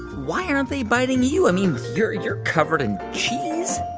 why aren't they biting you? i mean, you're you're covered in cheese.